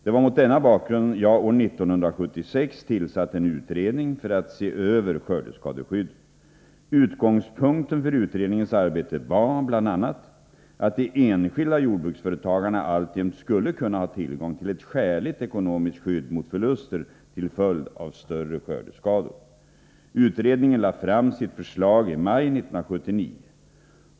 Det var mot denna bakgrund jag år 1976 tillsatte en utredning för att se över skördeskadeskyddet. Utgångspunkten för utredningens arbete var bl.a. att de enskilda jordbruksföretagarna alltjämt skulle kunna ha tillgång till ett skäligt ekonomiskt skydd mot förluster till följd av större skördeskador. Utredningen lade fram sitt förslag i maj 1979.